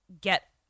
get